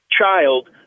child